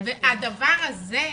והדבר הזה,